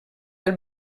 del